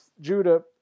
Judah